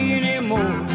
anymore